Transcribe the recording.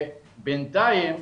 בינתיים,